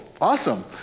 awesome